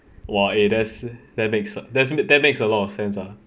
!wah! eh that's that next ah that's mad~ that makes a lot of sense ah